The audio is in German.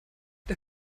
der